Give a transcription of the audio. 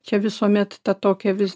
čia visuomet ta tokia vis